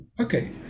Okay